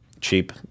cheap